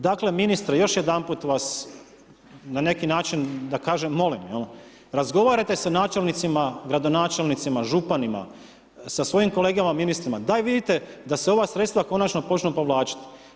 Dakle, ministre još jedanput vas na neki način da kažem molim jel, razgovarajte sa načelnicima, gradonačelnicima, županima sa svojim kolegama ministrima, daj vidite da se ova sredstava konačno počnu povlačit.